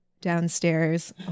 downstairs